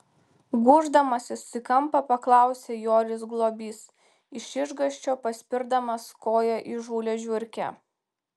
gūždamasis į kampą paklausė joris globys iš išgąsčio paspirdamas koja įžūlią žiurkę